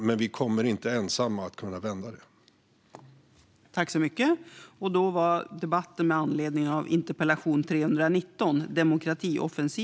Sverige kommer dock inte ensamt att kunna vända det här.